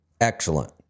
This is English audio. Excellent